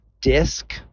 disc